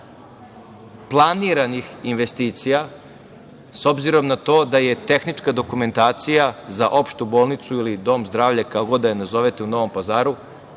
planiranih investicija, s obzirom na to da je tehnička dokumentacija za opštu bolnicu ili dom zdravlja u Novom Pazaru,